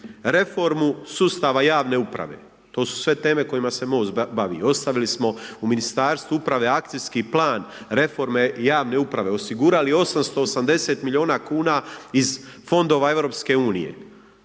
reformu sustava javne uprave, to su sve teme kojima se MOST bavi, ostavili smo u Ministarstvu uprave Akcijski plan reforme javne uprave, osigurali 880 miliona kuna iz fondova EU,